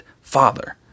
Father